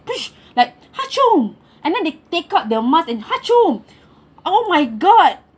like and then they take out their mask and oh my god